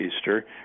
Easter